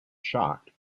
shocked